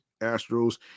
astros